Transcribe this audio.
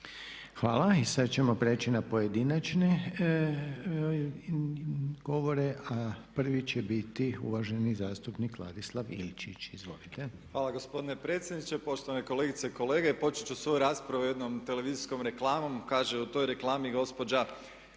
Hvala. Sad ćemo prijeći na pojedinačne govore. Prvi će biti uvaženi zastupnik Ladislav Ilčić, izvolite. **Ilčić, Ladislav (HRAST)** Hvala gospodine predsjedniče. Poštovane kolegice i kolege počet ću svoju raspravu jednom televizijskom reklamom – kaže u toj reklami gospođa